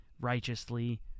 righteously